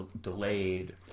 delayed